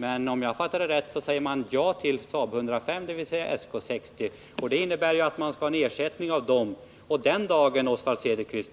Men om jag fattat rätt säger man ja till SAAB 105, dvs. SK 60, och det innebär att man så småningom behöver ersätta dessa SK 60. Vilket råd har Oswald Söderqvist